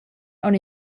aunc